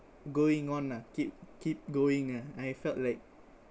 going on lah keep keep going ah I felt like